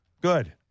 Good